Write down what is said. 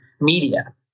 media